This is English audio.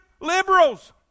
Liberals